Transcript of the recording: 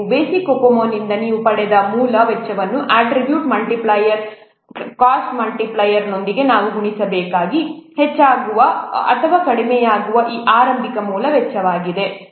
basic COCOMO ನಿಂದ ನೀವು ಪಡೆದ ಮೂಲ ವೆಚ್ಚವನ್ನು ಅಟ್ರಿಬ್ಯೂಟ್ ಮಲ್ಟಿಪ್ಲೈಯರ್ ಕಾಸ್ಟ್ ಮಲ್ಟಿಪ್ಲೈಯರ್ನೊಂದಿಗೆ ನಾವು ಗುಣಿಸಬೇಕಾಗಿದೆ ಇದು ಹೆಚ್ಚಾಗಬಹುದು ಅಥವಾ ಕಡಿಮೆಯಾಗಬಹುದು ಈ ಆರಂಭಿಕ ಮೂಲ ವೆಚ್ಚವಾಗಿದೆ